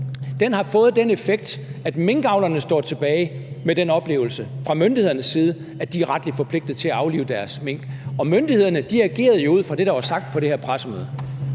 har fået den effekt, at minkavlerne står tilbage med den oplevelse fra myndighedernes side, at de er retligt forpligtet til at aflive deres mink, og myndighederne agerede jo ud fra det, der var sagt på det her pressemøde.